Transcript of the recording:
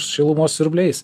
šilumos siurbliais